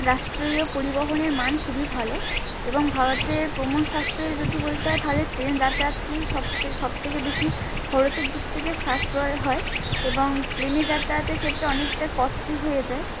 রাষ্ট্রীয় পরিবহনের মান খুবই ভালো এবং ভারতের প্রমণ সাশ্রয় যদি বলতে হয় তাহলে ট্রেন যাতায়াতকেই সব সব থেকে বেশি খরচের দিক থেকে সাশ্রয় হয় এবং প্লেনে যাতায়াতের ক্ষেত্রে অনেকটা কস্টলি হয়ে যায়